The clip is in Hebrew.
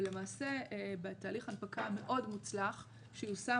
ולמעשה בתהליך הנפקה מאוד מוצלח שיושם